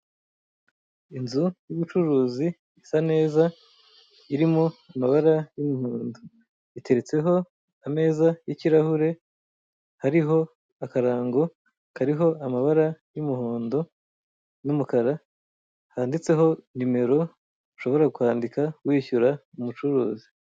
Inzu y'ubucuruzi isa neza irimo amabara y'umuhondo, iteretseho ameza y'ikirahure hariho akarango kariho amabara y'umuhondo n'umukara handitseho nimero ushobora kwandika wishyura umucuruzi.